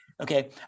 Okay